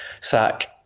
sack